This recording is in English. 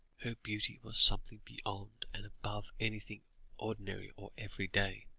her beauty was something beyond and above anything ordinary or everyday.